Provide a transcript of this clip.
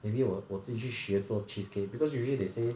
maybe 我我自己去学做 cheesecake because usually they say